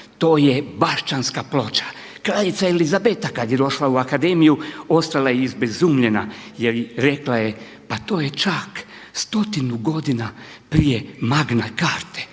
To je Bašćanska ploča. Kraljica Elizabeta kad je došla u akademiju ostala je izbezumljena, rekla je: Pa to je čak stotinu godina prije Magne Carte.